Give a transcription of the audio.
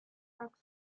park